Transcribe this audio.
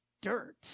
dirt